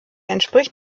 entspricht